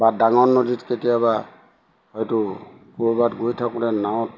বা ডাঙৰ নদীত কেতিয়াবা হয়তো ক'ৰবাত গৈ থাকোঁতে নাৱত